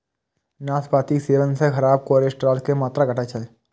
नाशपातीक सेवन सं खराब कोलेस्ट्रॉल के मात्रा घटै छै